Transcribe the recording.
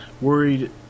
worried